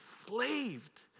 enslaved